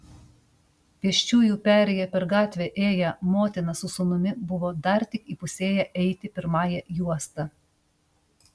pėsčiųjų perėja per gatvę ėję motina su sūnumi buvo dar tik įpusėję eiti pirmąja juosta